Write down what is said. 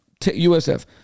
USF